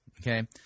Okay